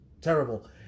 terrible